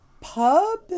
pub